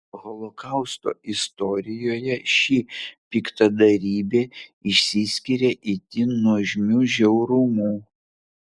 holokausto istorijoje ši piktadarybė išsiskiria itin nuožmiu žiaurumu